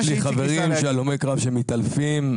יש לי חברים הלומי קרב שמתעלפים,